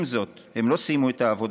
עם זאת, הם לא סיימו את העבודה.